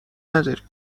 نداریم